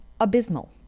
abysmal